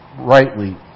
rightly